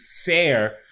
fair